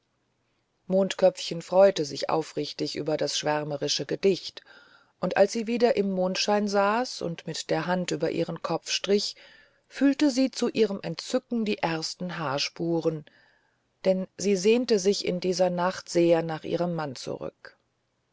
mondköpfchen freute sich aufrichtig über das schwärmerische gedicht und als sie wieder im mondschein saß und mit der hand über ihren kopf strich fühlte sie zu ihrem entzücken die ersten haarspuren denn sie sehnte sich in dieser nacht sehr nach ihrem mann zurück